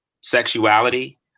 sexuality